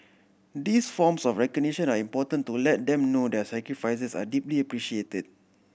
these forms of recognition are important to let them know their sacrifices are deeply appreciated